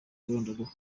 irondaruhu